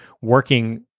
working